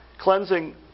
cleansing